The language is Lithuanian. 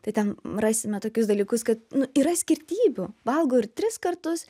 tai ten rasime tokius dalykus kad nu yra skirtybių valgo ir tris kartus